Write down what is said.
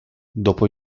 dopo